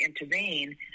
intervene